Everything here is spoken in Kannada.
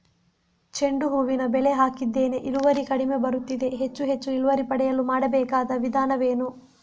ಚೆಂಡು ಹೂವಿನ ಬೆಳೆ ಹಾಕಿದ್ದೇನೆ, ಇಳುವರಿ ಕಡಿಮೆ ಬರುತ್ತಿದೆ, ಹೆಚ್ಚು ಹೆಚ್ಚು ಇಳುವರಿ ಪಡೆಯಲು ಮಾಡಬೇಕಾದ ವಿಧಾನವೇನು?